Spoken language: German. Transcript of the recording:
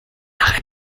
nach